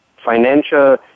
financial